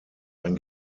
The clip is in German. ein